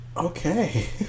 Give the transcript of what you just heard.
okay